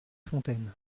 fontaines